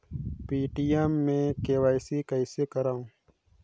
Paytm मे KYC कइसे करव?